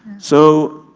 so,